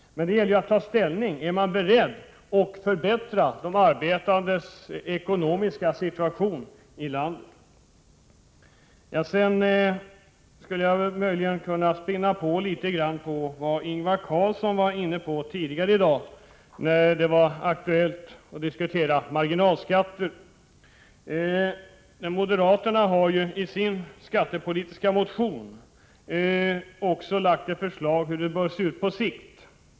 Det gäller att ta ställning. Är man beredd att förbättra de arbetandes ekonomiska situation? Sedan skulle jag möjligtvis kunna spinna litet på det Ingvar Carlsson nämnde tidigare, när det var aktuellt att diskutera marginalskatterna. Moderaterna har i sin skattepolitiska motion beskrivit hur skattepolitiken bör se ut på sikt.